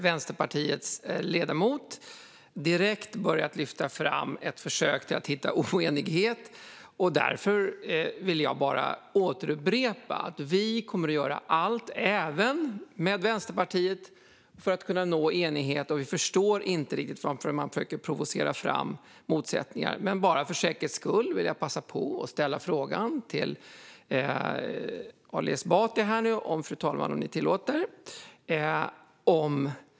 Vänsterpartiets ledamot har försökt hitta oenighet, och därför vill jag upprepa att vi kommer att göra allt, även med Vänsterpartiet, för att nå enighet, och vi förstår inte varför man försöker provocera fram motsättningar. Men för säkerhets skull ska jag passa på att ställa två frågor till Ali Esbati.